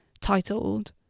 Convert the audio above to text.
titled